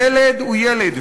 ילד הוא ילד,